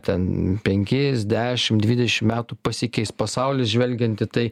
ten penkis dešim dvidešim metų pasikeis pasaulis žvelgiant į tai